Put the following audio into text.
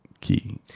key